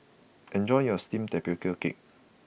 enjoy your steamed tapioca cake